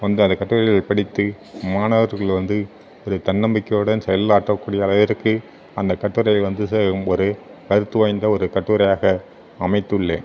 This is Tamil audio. வந்து அந்த கட்டுரைகளை படித்து மாணவர்கள் வந்து ஒரு தன்னம்பிக்கையுடன் செயலாற்றக்கூடிய அளவிற்கு அந்த கட்டுரை வந்து சேரும் ஒரு கருத்து வாய்ந்த ஒரு கட்டுரையாக அமைத்துள்ளேன்